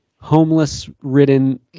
homeless-ridden